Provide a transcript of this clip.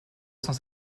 cent